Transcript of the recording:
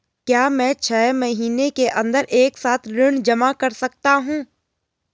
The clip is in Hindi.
क्या मैं छः महीने के अन्दर एक साथ ऋण जमा कर सकता हूँ?